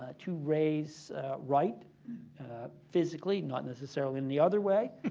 ah to ray's right physically, not necessarily in the other way,